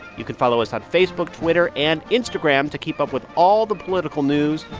you can follow us on facebook, twitter and instagram to keep up with all the political news.